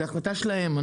זו החלטה שלהם.